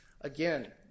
again